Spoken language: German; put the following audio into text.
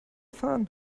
fahren